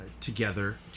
together